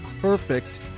perfect